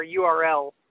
url